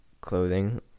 clothing